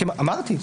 כן, אמרתי.